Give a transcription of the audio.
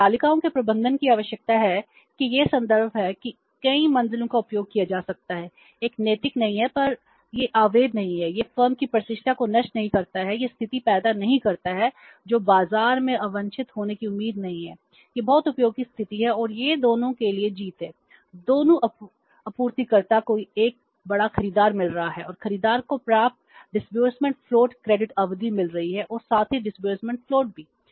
इसलिए तालिकाओं के प्रबंधन की आवश्यकता है कि यह संभव है कि कई मंजिलों का उपयोग किया जा सकता है एक नैतिक नहीं है यह अवैध नहीं है यह फर्म की प्रतिष्ठा को नष्ट नहीं करता है यह स्थिति पैदा नहीं करता है जो बाजार में अवांछित होने की उम्मीद नहीं है यह बहुत उपयोगी स्थिति है और यह दोनों के लिए जीत है दोनों आपूर्तिकर्ता को एक बड़ा खरीदार मिल रहा है और खरीदार को पर्याप्त डिसबर्समेंट फ्लोट भी